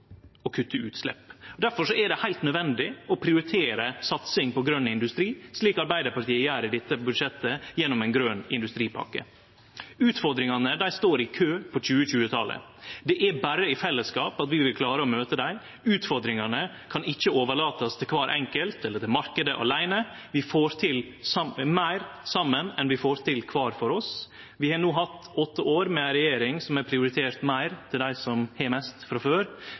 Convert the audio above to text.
kutte utslepp. Difor er det heilt nødvendig å prioritere satsing på grøn industri, slik Arbeidarpartiet gjer i dette budsjettet gjennom ei grøn industripakke. Utfordringane står i kø på 2020-talet. Det er berre i fellesskap vi vil klare å møte dei. Utfordringane kan ikkje overlatast til kvar enkelt eller til marknaden aleine. Vi får til meir saman enn kvar for oss. Vi har no hatt åtte år med ei regjering som har prioritert meir til dei som har mest frå før.